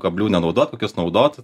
kablių nenaudot kokius naudot